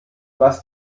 was